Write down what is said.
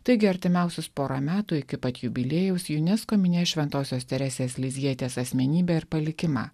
taigi artimiausius porą metų iki pat jubiliejaus unesco minės šventosios teresės lizjietės asmenybę ir palikimą